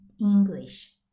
English